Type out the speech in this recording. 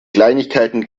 kleinigkeiten